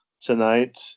tonight